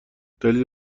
دلیلی